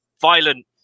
violent